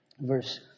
Verse